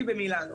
במילאנו,